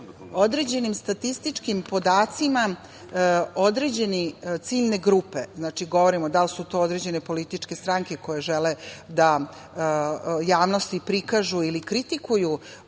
određenim statističkim podacima određene ciljne grupe, znači, govorimo da li su to određene političke stranke koje žele da javnosti prikažu ili kritikuju